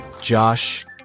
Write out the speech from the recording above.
Josh